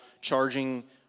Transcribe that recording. charging